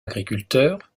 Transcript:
agriculteur